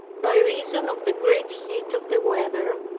by reason of the great heat of the weather,